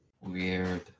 Weird